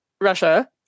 Russia